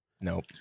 Nope